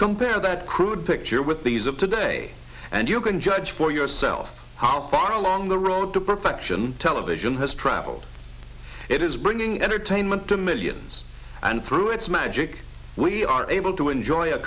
compare that crude picture with these of today and you can judge for yourself how far along the road to perfection television has traveled it is bringing entertainment to millions and through its magic we are able to enjoy a